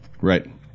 Right